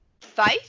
faith